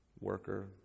worker